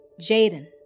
Jaden